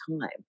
time